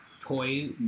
toy